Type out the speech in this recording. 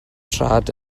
traed